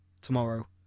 tomorrow